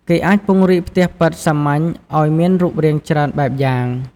គេអាចពង្រីកផ្ទះប៉ិតសាមញ្ញឱ្យមានរូបរាងច្រើនបែបយ៉ាង។